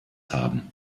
haben